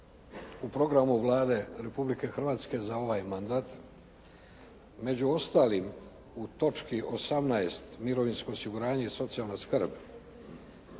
u programu Vlade Republike Hrvatske za ovaj mandat među ostalim u točki 18. mirovinsko osiguranje i socijalna skrb